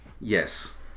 Yes